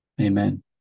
Amen